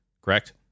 Correct